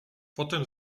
potem